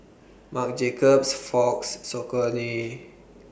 Marc Jacobs Fox Saucony